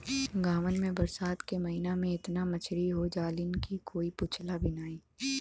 गांवन में बरसात के महिना में एतना मछरी हो जालीन की कोई पूछला भी नाहीं